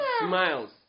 smiles